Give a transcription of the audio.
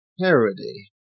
Parody